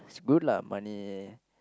is good lah money